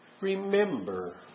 remember